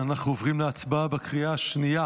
אנחנו עוברים להצבעה בקריאה השנייה